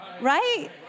right